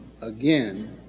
again